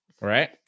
Right